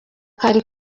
kari